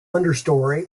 understory